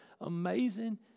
amazing